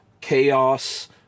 chaos